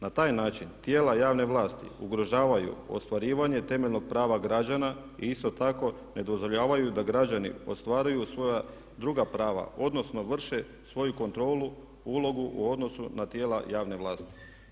Na taj način tijela javne vlasti ugrožavaju ostvarivanje temeljnog prava građana i isto tako ne dozvoljavaju da građani ostvaruju svoja druga prava, odnosno vrše svoju kontrolu, ulogu u odnosu na tijela javne vlasti.